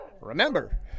Remember